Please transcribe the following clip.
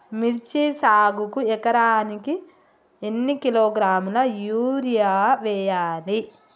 మిర్చి సాగుకు ఎకరానికి ఎన్ని కిలోగ్రాముల యూరియా వేయాలి?